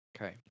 Okay